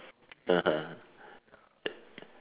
(uh huh)